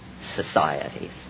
societies